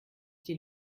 die